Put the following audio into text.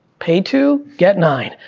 pay two, get nine,